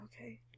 Okay